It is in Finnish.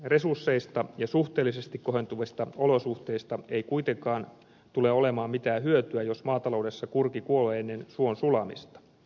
resursseista ja suhteellisesti kohentuvista olosuhteista ei kuitenkaan tule olemaan mitään hyötyä jos maataloudessa kurki kuolee ennen suon sulamista